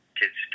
kids